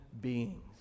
beings